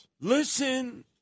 Listen